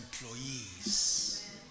employees